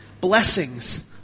Blessings